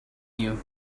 you